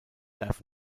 darf